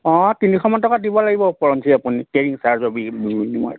অঁ তিনিশমান টকা দিব লাগিব উপৰঞ্চি আপুনি কেৰিং চাৰ্জৰ বিল